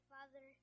Father